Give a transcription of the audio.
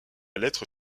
lettre